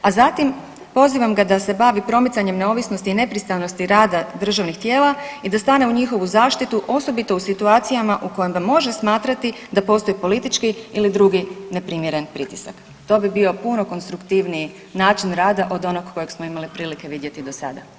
A zatim pozivam ga da se bavi promicanjem neovisnosti i nepristranosti rada državnih tijela i da stane u njihovu zaštitu, osobito u situacijama u kojim ga može smatrati da postoji politički ili drugi neprimjeren pritisak, to bi bio puno konstruktivniji način rada od onog kojeg smo imali prilike vidjeti do sada.